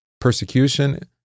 Persecution